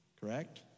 Correct